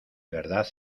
verdad